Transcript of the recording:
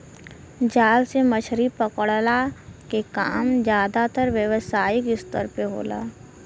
जाल से मछरी पकड़ला के काम जादातर व्यावसायिक स्तर पे होला